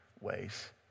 ways